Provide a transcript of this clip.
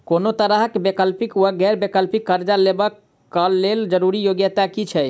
कोनो तरह कऽ वैकल्पिक वा गैर बैंकिंग कर्जा लेबऽ कऽ लेल जरूरी योग्यता की छई?